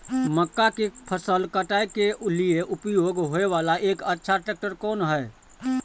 मक्का के फसल काटय के लिए उपयोग होय वाला एक अच्छा ट्रैक्टर कोन हय?